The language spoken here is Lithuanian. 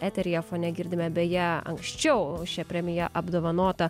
eteryje fone girdime beje anksčiau šia premija apdovanotą